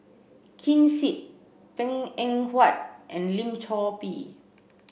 Ken Seet Png Eng Huat and Lim Chor Pee